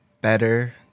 better